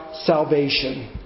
salvation